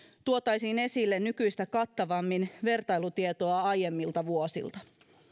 tuotaisiin esille nykyistä kattavammin vertailutietoa aiemmilta vuosilta